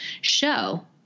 show